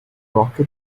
rocket